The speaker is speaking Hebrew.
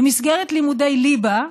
במסגרת לימודי ליבה,